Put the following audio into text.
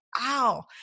ow